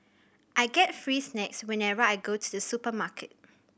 I get free snacks whenever I go to the supermarket